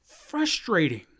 frustrating